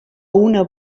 una